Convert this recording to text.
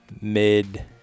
mid